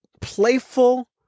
playful